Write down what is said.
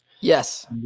Yes